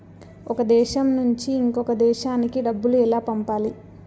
ఒక దేశం నుంచి ఇంకొక దేశానికి డబ్బులు ఎలా పంపాలి?